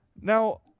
Now